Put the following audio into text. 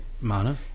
mana